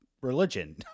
religion